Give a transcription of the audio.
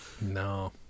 No